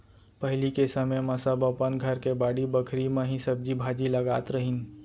पहिली के समे म सब अपन घर के बाड़ी बखरी म ही सब्जी भाजी लगात रहिन